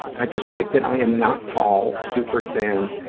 i dislike that i am not tall, super thin.